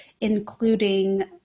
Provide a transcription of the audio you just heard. including